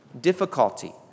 difficulty